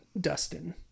dustin